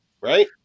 Right